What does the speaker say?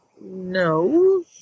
no